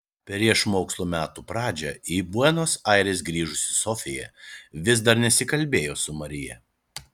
prieš mokslo metų pradžią į buenos aires grįžusi sofija vis dar nesikalbėjo su marija